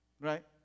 Right